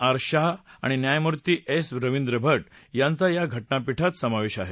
R Shah आणि न्यायमूर्ती S Ravindra Bhat यांचा या घटनापळित समावेश आहे